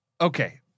Okay